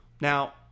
Now